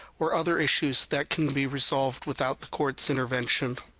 or other issues that can be resolved without the court s intervention.